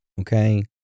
okay